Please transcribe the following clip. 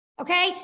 okay